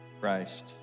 Christ